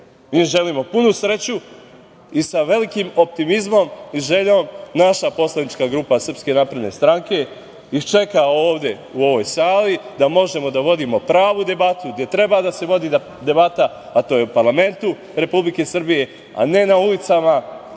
im želimo puno sreće i sa velikim optimizmom i željom, naša poslanička grupa SNS ih čeka ovde u ovoj sali, da možemo da vodimo pravu debatu, gde treba da se vodi debata, a to je u parlamentu Republike Srbije, a ne na ulicama,